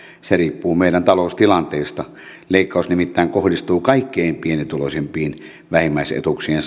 se riippuu meidän taloustilanteestamme leikkaus nimittäin kohdistuu kaikkein pienituloisimpiin vähimmäisetuuksien